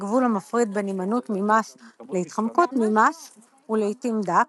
הגבול המפריד בין הימנעות ממס להתחמקות ממס הוא לעיתים דק,